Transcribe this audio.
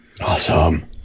Awesome